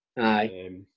aye